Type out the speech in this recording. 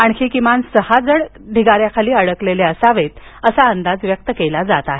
आणखी किमान सहा जण ढिगाऱ्याखाली अडकलेले असावेत असा अंदाज व्यक्त केला जात आहे